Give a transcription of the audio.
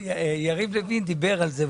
שיריב לוין דיבר על זה,